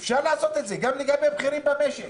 אפשר לעשות את זה גם לגבי בכירים במשק.